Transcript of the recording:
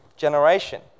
Generation